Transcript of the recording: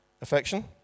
Affection